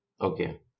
Okay